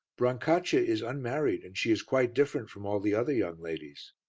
brancaccia is unmarried and she is quite different from all the other young ladies.